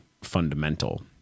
fundamental